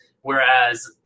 Whereas